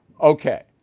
Okay